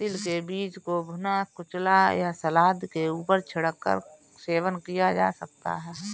तिल के बीज को भुना, कुचला या सलाद के ऊपर छिड़क कर सेवन किया जा सकता है